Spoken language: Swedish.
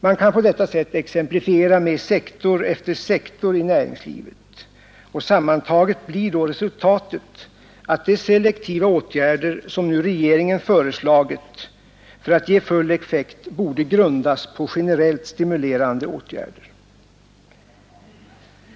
Man kan på detta sätt exemplifiera med sektor efter sektor i näringslivet, och sammantaget blir då resultatet att de selektiva åtgärder, som regeringen nu föreslagit, för att ge full effekt borde grundas på generellt stimulerande åtgärder.